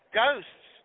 ghosts